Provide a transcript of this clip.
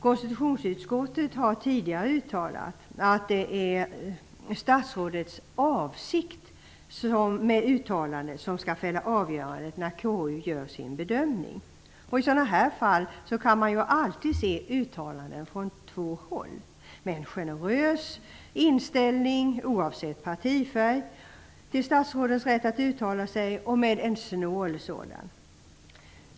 Konstitutionsutskottet har tidigare uttalat att det är statsrådets avsikt med uttalandet som skall fälla avgörandet när KU gör sin bedömning. I sådana fall går det alltid att se uttalanden från två håll. Det finns en generös inställning oavsett partifärg till statsrådens rätt att uttala sig, vidare en mer snål inställning.